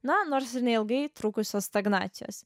na nors ir neilgai trukusios stagnacijos